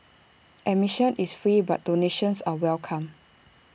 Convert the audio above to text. admission is free but donations are welcome